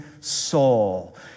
soul